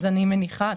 וזאת הבעיה הכי גדולה.